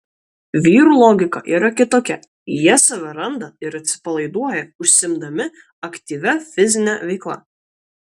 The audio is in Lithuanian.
vyrų logika yra kitokia jie save randa ir atsipalaiduoja užsiimdami aktyvia fizine veikla